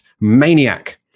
maniac